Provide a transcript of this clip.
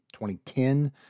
2010